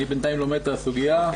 אני בינתיים לומד את הסוגיה.